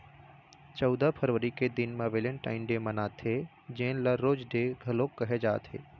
चउदा फरवरी के दिन म वेलेंटाइन डे मनाथे जेन ल रोज डे घलोक कहे जाथे